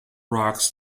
rocks